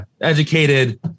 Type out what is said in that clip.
educated